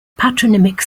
patronymic